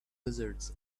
lizards